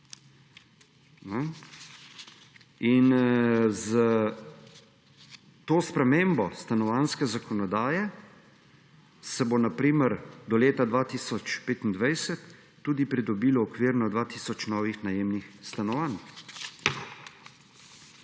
S to spremembo stanovanjske zakonodaje se bo na primer do leta 2025 tudi pridobilo okvirno dva tisoč novih najemnih stanovanj.